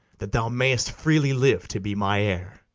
that thou mayst freely live to be my heir.